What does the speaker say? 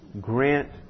Grant